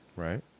right